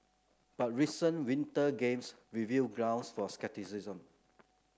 but recent Winter Games reveal grounds for scepticism